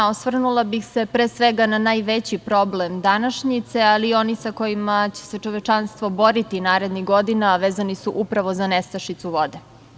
Osvrnula bih se pre svega na najveći problem današnjice, ali i onaj sa kojim će se čovečanstvo boriti narednih godina, a vezan je upravo za nestašicu vode.